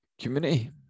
community